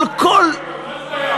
על כל,